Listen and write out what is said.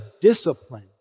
discipline